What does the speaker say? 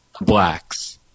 blacks